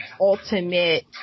ultimate